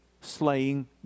slaying